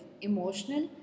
emotional